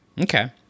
okay